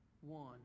one